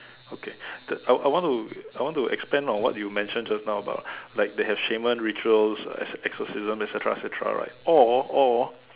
okay that I I want to I want to expand on what you mentioned just now about like they have shaman rituals exorcism et cetera cetera right or or